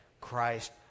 Christ